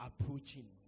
approaching